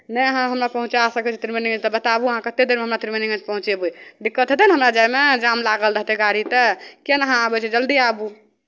नहि अहाँ हमरा पहुँचाय सकै छी त्रिवेणीमे तऽ बताबू अहाँ कतेक देरमे हमरा त्रिवेणीगंज पहुँचयबै दिक्कत हेतै ने हमरा जायमे जाम लागल रहतै गाड़ी तऽ किएक ने अहाँ आबै छी जल्दी आबू